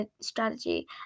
strategy